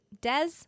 Des